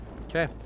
Okay